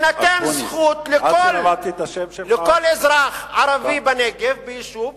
תינתן זכות להתיישבות לכל אזרח ערבי בנגב ביישוב.